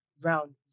round